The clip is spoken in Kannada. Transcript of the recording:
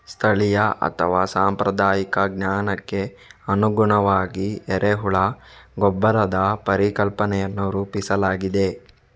ಸ್ಥಳೀಯ ಅಥವಾ ಸಾಂಪ್ರದಾಯಿಕ ಜ್ಞಾನಕ್ಕೆ ಅನುಗುಣವಾಗಿ ಎರೆಹುಳ ಗೊಬ್ಬರದ ಪರಿಕಲ್ಪನೆಯನ್ನು ರೂಪಿಸಲಾಗಿದೆ